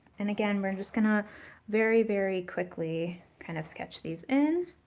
and again, we're just gonna very, very quickly, kind of sketch these in.